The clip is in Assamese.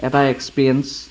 এটা এক্সপিৰিয়েঞ্চ